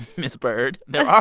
ms. byrd. there are.